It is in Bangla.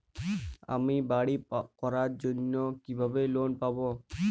আমি বাড়ি করার জন্য কিভাবে লোন পাব?